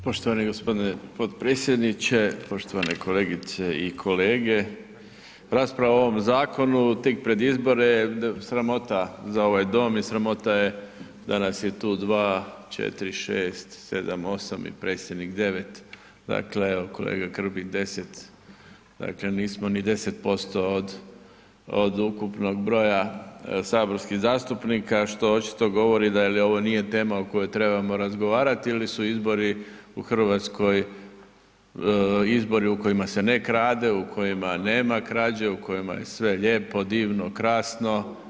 Poštovani g. potpredsjedniče, poštovane kolegice i kolege, rasprava o ovom zakonu tik pred izbore je sramota za ovaj dom i sramota je da nas je tu 2, 4, 6, 7, 8 i predsjednik 9, dakle kolega Grbin 10, dakle nismo ni 10% od, od ukupnog broja saborskih zastupnika, što očito govori da jel je ovo nije tema o kojoj trebamo razgovarati ili su izbori u Hrvatskoj izbori u kojima se ne krade, u kojima nema krađe je sve lijepo, divno krasno.